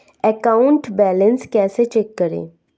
Account balance कैसे check करें?